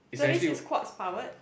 so this is quartz powered